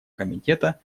комитета